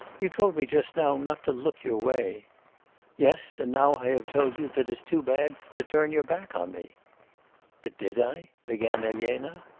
you told me just now not to look your way yes, and now i have told you that it's too bad to turn your back on me but did i began elena.